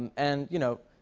and, you know,